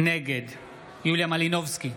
נגד יוליה מלינובסקי,